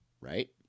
right